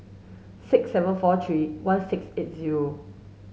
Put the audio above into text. six seven four three one six eight zero